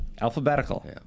Alphabetical